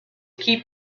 keep